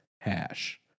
hash